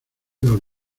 dos